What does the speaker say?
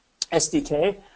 SDK